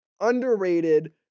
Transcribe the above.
Underrated